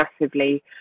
massively